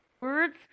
words